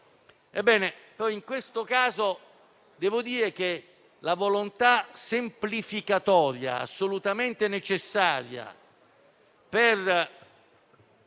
in questo caso devo dire però che la volontà semplificatoria è assolutamente necessaria per